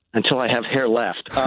until i have hair left.